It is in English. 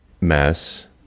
mess